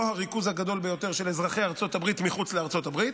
הריכוז הגדול ביותר של אזרחי ארצות הברית מחוץ לארצות הברית,